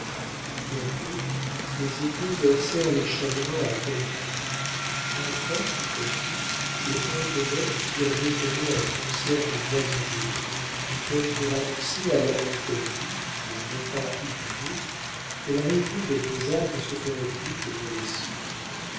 bientôt les échos versèrent les chagrins à torrents enfin tout à coup les hautes notes firent détonner un concert de voix angéliques comme pour annoncer à l'amant perdu mais non pas oublié que la réunion des deux âmes ne se ferait plus que dans les cieux